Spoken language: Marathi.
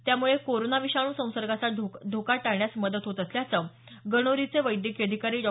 त्यामुळे कोरोना विषाणू संसर्गाचा धोका टाळण्यास मदत होत असल्याचं गणोरीचे वैद्यकीय अधिकारी डॉ